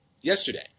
yesterday